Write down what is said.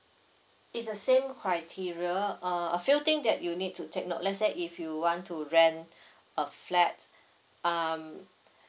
it's the same criteria uh a few thing that you need to take note let's say if you want to rent a flat um